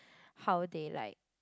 how they like